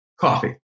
Coffee